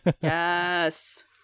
Yes